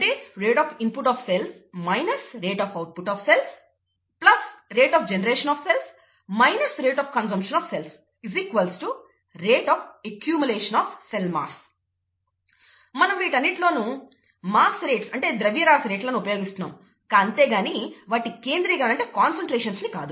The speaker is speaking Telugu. rate of input of cells rate of output of cells rate of generation of cells rate of consumption of cells rate of accumulation of cell mass మనం వీటన్నిటిలోనూ మాస్ రేట్లను అంటే ద్రవ్యరాశి రేట్లను ఉపయోగిస్తున్నాము అంతేగాని వాటి కేంద్రీకరణను కాదు